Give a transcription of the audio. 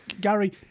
Gary